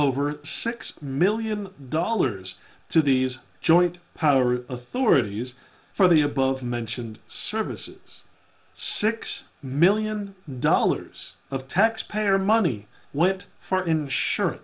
over six million dollars to these joint power authorities for the above mentioned services six million dollars of taxpayer money went